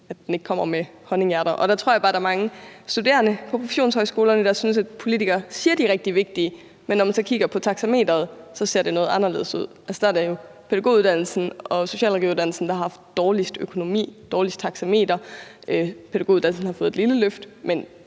af honninghjerter. Der tror jeg bare, at der er mange studerende på professionshøjskolerne, der synes, at politikerne siger, at de er rigtig vigtige, men når man så kigger på taxameteret, ser det noget anderledes ud, for det er pædagoguddannelsen og socialrådgiveruddannelsen, der har haft dårligst økonomi og dårligst taxameter – pædagoguddannelsen har fået et lille løft. Men